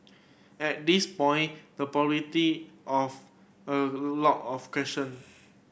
at this point the of a lot of question